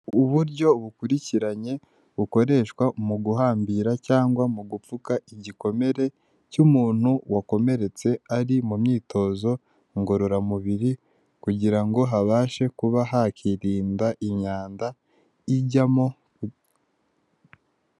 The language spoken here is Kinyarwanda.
Uburyo bukurikiranye bukoreshwa mu guhambira cyangwa mu gupfuka igikomere cy'umuntu wakomeretse, ari mu myitozo ngororamubiri, kugira ngo habashe kuba hakirindwa imyanda ijyamo